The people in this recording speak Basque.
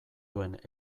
duen